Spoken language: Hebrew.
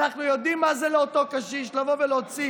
אנחנו יודעים מה זה בשביל אותו קשיש לבוא ולהוציא